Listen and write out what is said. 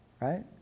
right